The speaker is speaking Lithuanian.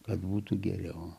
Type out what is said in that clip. kad būtų geriau